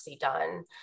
done